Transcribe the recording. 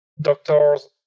doctors